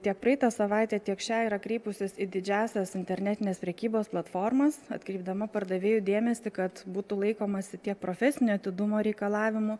tiek praeitą savaitę tiek šią yra kreipusis į didžiąsias internetinės prekybos platformas atkreipdama pardavėjų dėmesį kad būtų laikomasi tiek profesinio atidumo reikalavimų